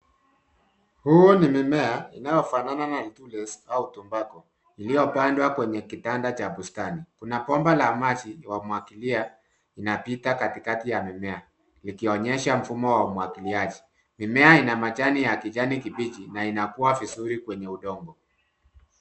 Huu ni mimea inayofanana na letule au tumbako iliyopandwa kwenye kitanda cha bustani. Kuna bomba la maji ya umwagilia inapita katikati ya mimea likionyesha mfumo wa umwagiliaji. Mimea ina majani ya kijani kibichi na inakua vizuri kwenye udongo.